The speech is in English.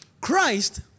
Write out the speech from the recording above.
Christ